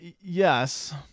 Yes